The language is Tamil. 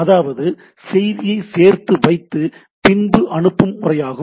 அதாவது செய்தியை சேர்த்துவைத்து பின்பு அனுப்பும் முறையாகும்